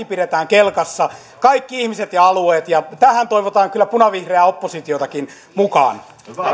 pidetään kelkassa kaikki ihmiset ja alueet ja tähän toivotaan kyllä punavihreää oppositiotakin mukaan